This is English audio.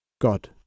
god